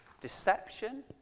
deception